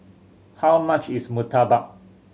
how much is murtabak